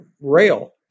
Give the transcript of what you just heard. rail